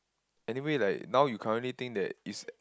anyway like now you currently think that is